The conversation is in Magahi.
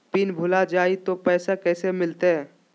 पिन भूला जाई तो पैसा कैसे मिलते?